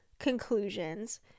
conclusions